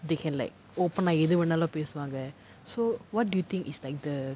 they can like open ah எதுவேணாலும் பேசுவாங்க:ethuvenaalum pesuvaanga so what do you think is like the